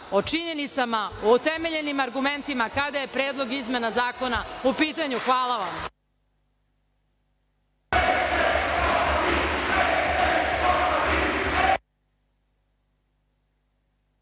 o činjenicama, o utemeljenim argumentima kada je Predlog izmena zakona u pitanju. Hvala.(Narodni